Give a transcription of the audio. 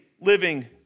living